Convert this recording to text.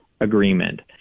agreement